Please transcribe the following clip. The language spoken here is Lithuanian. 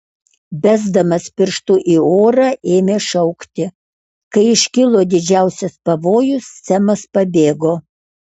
besdamas pirštu į orą ėmė šaukti kai iškilo didžiausias pavojus semas pabėgo